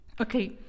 Okay